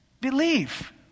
believe